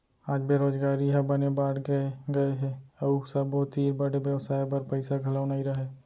आज बेरोजगारी ह बने बाड़गे गए हे अउ सबो तीर बड़े बेवसाय बर पइसा घलौ नइ रहय